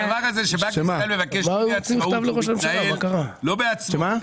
הדבר הזה שבנק ישראל מבקש עצמאות והוא מתנהל לא בעצמאות,